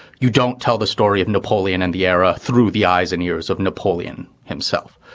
you don't tell the story of napoleon and the era through the eyes and ears of napoleon himself.